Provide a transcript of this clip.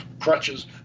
crutches